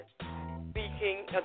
Speaking